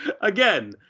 again